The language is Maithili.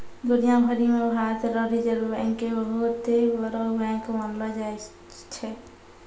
दुनिया भरी मे भारत रो रिजर्ब बैंक के बहुते बड़ो बैंक मानलो जाय छै